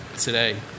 today